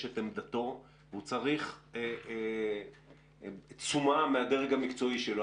את עמדתו והוא צריך תשומה מהדרג המקצועי שלו,